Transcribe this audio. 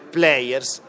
players